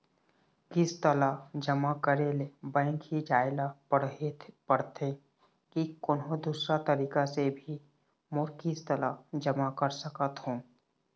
किस्त ला जमा करे ले बैंक ही जाए ला पड़ते कि कोन्हो दूसरा तरीका से भी मोर किस्त ला जमा करा सकत हो?